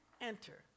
Enter